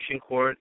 court